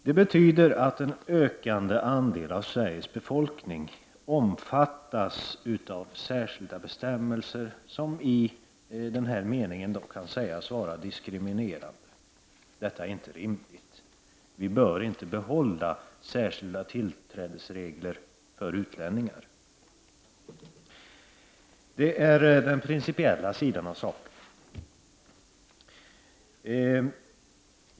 Det betyder att en ökande andel av Sveriges befolkning omfattas av särskilda bestämmelser, som i denna mening kan sägas vara diskriminerande. Det är inte rimligt. Vi bör inte behålla särskilda tillträdesregler för utlänningar. Det är den principiella sidan av saken.